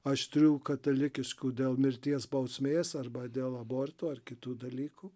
aštrių katalikiškų dėl mirties bausmės arba dėl abortų ar kitų dalykų